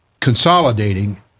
consolidating